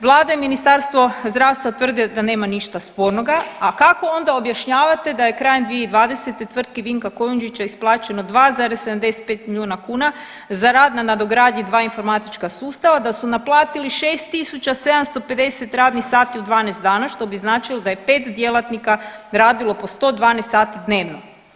Vlada i Ministarstvo zdravstva tvrde da nema ništa spornoga, a kako onda objašnjavate da je krajem 2020. tvrtki Vinka Kujundžića isplaćeno 2,75 milijuna kuna za rad na nadogradnji dva informatička sustava, da su naplatiti 6.750 radnih sati u 12 dana što bi značilo da je 5 djelatnika radilo po 112 sati dnevno.